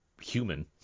human